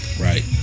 Right